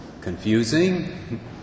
Confusing